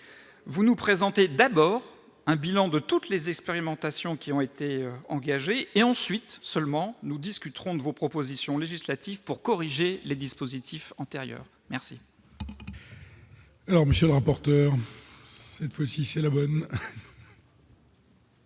vous nous présentez d'abord un bilan de toutes les expérimentations qui ont été engagés et ensuite seulement nous discuterons de vos propositions législatives pour corriger les dispositifs antérieurs, merci.